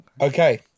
Okay